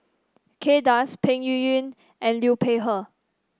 Kay Das Peng Yuyun and Liu Peihe